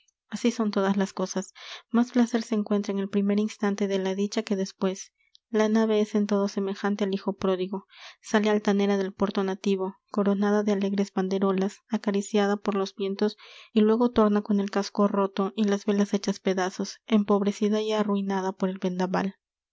así son todas las cosas más placer se encuentra en el primer instante de la dicha que despues la nave es en todo semejante al hijo pródigo sale altanera del puerto nativo coronada de alegres banderolas acariciada por los vientos y luego torna con el casco roto y las velas hechas pedazos empobrecida y arruinada por el vendaval